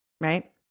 Right